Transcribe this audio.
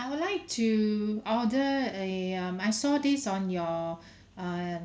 I would like to order a um I saw this on your err